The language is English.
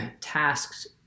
tasks